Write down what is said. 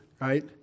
right